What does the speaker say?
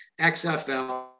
XFL